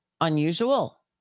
unusual